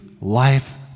life